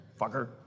Fucker